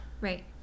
Right